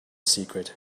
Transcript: secret